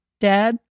Dad